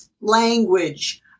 language